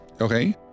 Okay